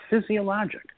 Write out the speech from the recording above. physiologic